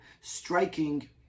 striking